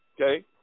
Okay